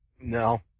No